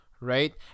Right